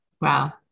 Wow